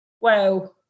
wow